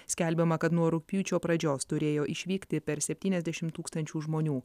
skelbiama kad nuo rugpjūčio pradžios turėjo išvykti per septyniasdešim tūkstančių žmonių